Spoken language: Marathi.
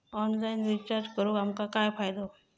ऑनलाइन रिचार्ज करून आमका काय फायदो?